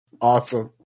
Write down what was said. Awesome